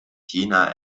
china